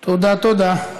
תודה, תודה.